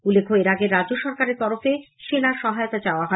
উল্লেখ্য এর আগে রাজ্য সরকারের তরফে সেনা সহায়তা চাওয়া হয়